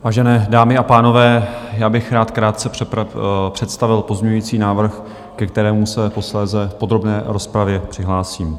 Vážené dámy a pánové, já bych rád krátce představil pozměňující návrh, ke kterému se posléze v podrobné rozpravě přihlásím.